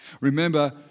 Remember